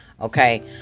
Okay